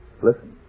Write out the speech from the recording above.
Listen